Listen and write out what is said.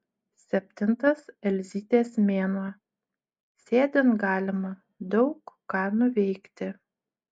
septintas elzytės mėnuo sėdint galima daug ką nuveikti